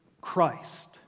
Christ